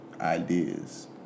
ideas